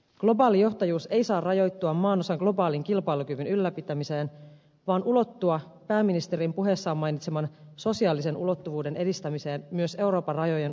globaali johtajuus ei saa rajoittua maanosan globaalin kilpailukyvyn ylläpitämiseen vaan ulottua pääministerin puheessaan mainitseman sosiaalisen ulottuvuuden edistämiseen myös euroopan rajojen ulkopuolella